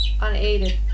unaided